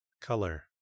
Color